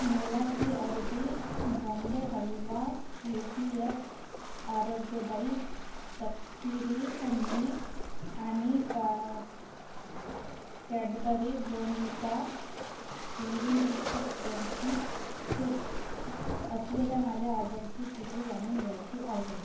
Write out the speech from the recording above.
मला G R B Bombay halwa U P F आरोग्यदायी तपकिरी अंडी आणि का कॅडबरी बॉर्नव्हिटा हेन्झेनयुक्त क्रंची स्पेट असलेल्या माझ्या ऑर्डरची स्थिती जाणून घ्यायची आहे